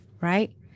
right